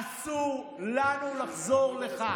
אסור לנו לחזור לכך.